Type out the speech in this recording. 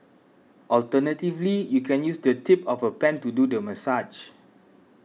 alternatively you can use the tip of a pen to do the massage